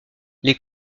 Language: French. les